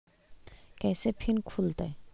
कैसे फिन खुल तय?